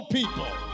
people